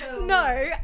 No